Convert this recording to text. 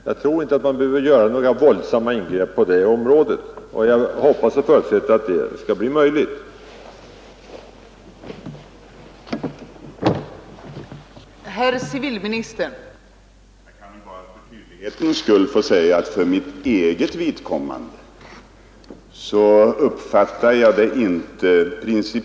Jag anser inte att man behöver göra något våldsamt ingrepp på det området, utan jag hoppas och tror att det skall bli möjligt att lösa frågan på det sätt jag förespråkar.